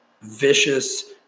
vicious